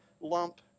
lump